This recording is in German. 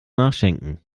nachschenken